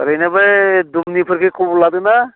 ओरैनो बै दुमनिफोरखौ खबर लादोंना